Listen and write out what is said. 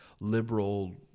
liberal